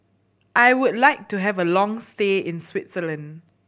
I would like to have a long stay in Switzerland